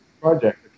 project